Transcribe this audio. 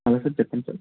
hello sir చెప్పండి sir